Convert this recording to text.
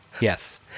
Yes